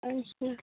ᱟᱪᱪᱷᱟ